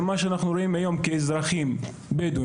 זה מה שאנחנו רואים כאזרחים מהצד,